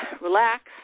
relax